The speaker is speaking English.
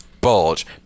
bulge